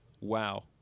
Wow